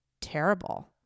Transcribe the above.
terrible